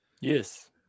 Yes